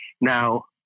Now